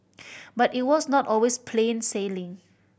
but it was not always plain sailing